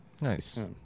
Nice